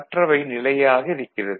மற்றவை நிலையாக இருக்கிறது